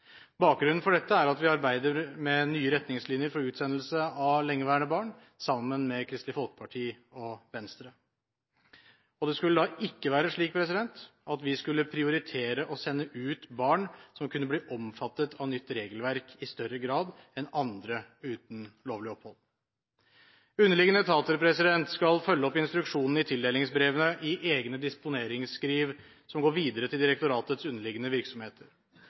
Bakgrunnen for dette er at vi arbeider med nye retningslinjer for utsendelse av lengeværende barn, sammen med Kristelig Folkeparti og Venstre. Det skulle da ikke være slik at vi skulle prioritere å sende ut barn som kunne bli omfattet av nytt regelverk i større grad enn andre uten lovlig opphold. Underliggende etater skal følge opp instruksjonen i tildelingsbrevene i egne disponeringsskriv som går videre til direktoratets underliggende virksomheter.